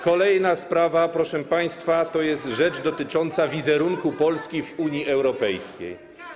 Kolejna sprawa, proszę państwa, to jest rzecz dotycząca wizerunku Polski w Unii Europejskiej.